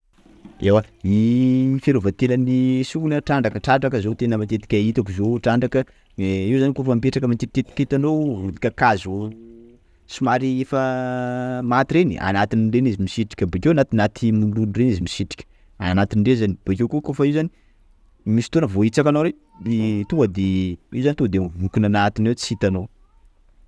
Ewa, ii fiarovatenan'ny sokina, trandraka trandraka zao tena matetika hitako zio, Trandraka iii zany koafa mipetraka matetititika vody kakazo somary efa maty reny, anatin'ireny izy misitrika, bakeo anatinaty mololo reny izy misitrika, anatiny reny izy, bokeo koa koafa io zany misy fotoana voahitsaka nao reny io zany tonga de io zany tonga de mivokona anatiny ao tsy hitanao.